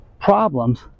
Problems